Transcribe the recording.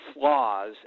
flaws